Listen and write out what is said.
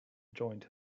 joined